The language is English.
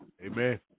Amen